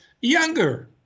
younger